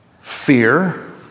fear